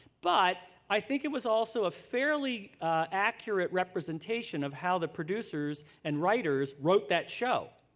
but, i think it was also a fairly accurate representation of how the producers and writers wrote that show.